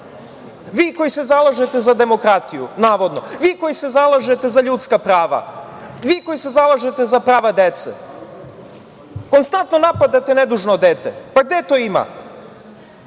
Vi koji se zalažete za demokratiju, navodno, vi koji se zalažete za ljudska prava, vi koji se zalažete za prava dece. Konstantno napadate nedužno dete. Pa gde to